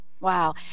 Wow